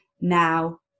now